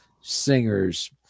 singers